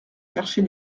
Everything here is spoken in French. chercher